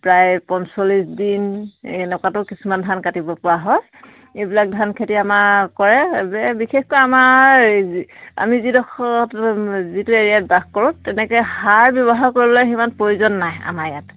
প্ৰায় পঞ্চল্লিছ দিন এনেকুৱাটো কিছুমান ধান কাটিব পৰা হয় এইবিলাক ধান খেতি আমাৰ কৰে বিশেষকৈ আমাৰ আমি যিডখৰ যিটো এৰিয়াত বাস কৰোঁ তেনেকৈ সাৰ ব্যৱহাৰ কৰিবলৈ সিমান প্ৰয়োজন নাই আমাৰ ইয়াত